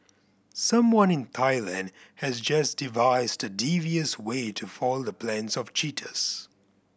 someone in Thailand has just devised a devious way to foil the plans of cheaters